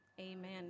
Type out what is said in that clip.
amen